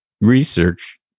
research